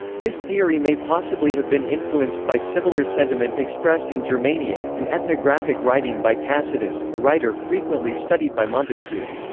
this theory may possibly have been influenced by similar sentiment expressed in germania, an ethnographic writing by tacitus, a writer frequently studied by montesquieu.